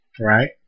Right